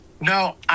No